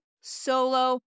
solo